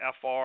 FR